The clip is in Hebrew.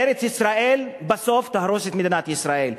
ארץ-ישראל בסוף תהרוס את מדינת ישראל.